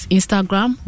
Instagram